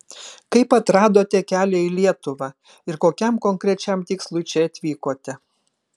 kaip atradote kelią į lietuvą ir kokiam konkrečiam tikslui čia atvykote